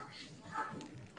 ועדה מחוזית.